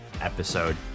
episode